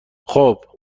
خوب